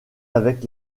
avec